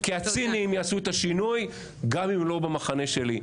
כי הציניים יעשו את השינוי גם אם הם לא במחנה שלי,